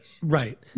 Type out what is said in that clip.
Right